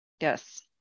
Yes